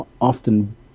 often